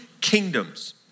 kingdoms